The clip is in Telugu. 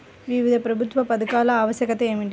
వివిధ ప్రభుత్వా పథకాల ఆవశ్యకత ఏమిటి?